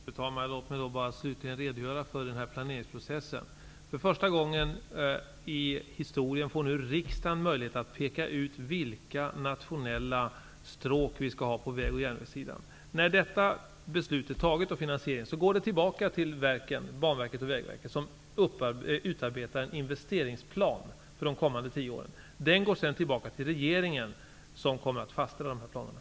Fru talman! Slutligen vill jag bara redogöra för planeringsprocessen. För första gången i historien får nu riksdagen möjlighet att peka ut vilka nationella stråk vi skall ha på väg och järnvägssidan. När beslut om finansiering är fattat går ärendet tillbaka till Banverket och Vägverket, som utarbetar en investeringsplan för de kommande tio åren. Den planen går sedan tillbaka till regeringen för fastställande.